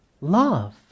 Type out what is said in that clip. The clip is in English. Love